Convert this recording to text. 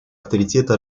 авторитета